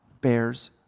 bears